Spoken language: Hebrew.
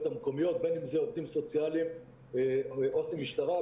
המקומיות בין אם זה עובדים סוציאליים עו"ס משטרה,